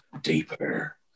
deeper